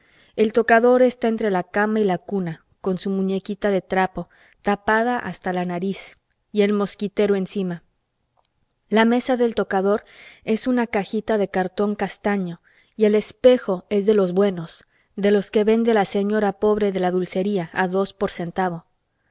el tocador está entre la cama y la cuna con su muñequita de trapo tapada hasta la nariz y el mosquitero encima la mesa del tocador es una cajita de cartón castaño y el espejo es de los buenos de los que vende la señora pobre de la dulcería a dos por un centavo